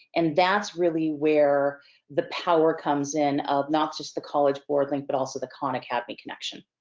and that's really where the power comes in of not just the college board link, but also the khan academy connection.